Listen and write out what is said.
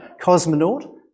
cosmonaut